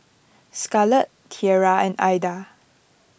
Scarlet Tiera and Aida